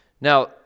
Now